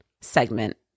segment